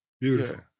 beautiful